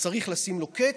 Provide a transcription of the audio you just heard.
וצריך לשים לו קץ,